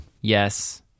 Yes